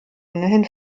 ohnehin